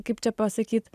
kaip čia pasakyt